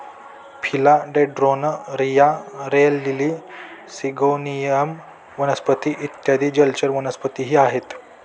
फिला dendron, रिया, rain lily, syngonium वनस्पती इत्यादी जलचर वनस्पतीही आहेत